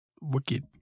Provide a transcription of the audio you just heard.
wicked